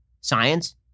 science